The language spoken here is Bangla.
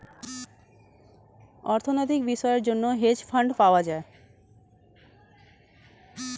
অর্থনৈতিক বিষয়ের জন্য হেজ ফান্ড পাওয়া যায়